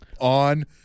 On